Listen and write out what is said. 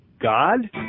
God